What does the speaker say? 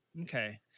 okay